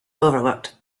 overlooked